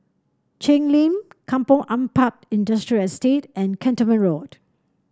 Cheng Lim Kampong Ampat Industrial Estate and Cantonment Road